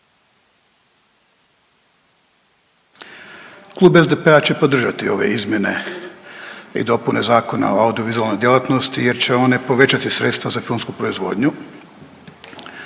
Klub SDP-a će podržati ove izmjene i dopune Zakona o audiovizualno djelatnosti jer će one povećati sredstva za filmsku proizvodnju